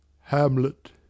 Hamlet